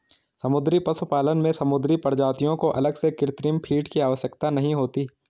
समुद्री पशुपालन में समुद्री प्रजातियों को अलग से कृत्रिम फ़ीड की आवश्यकता नहीं होती